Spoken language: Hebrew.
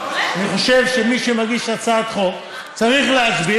אני חושב שמי שמגיש הצעת חוק צריך להסביר,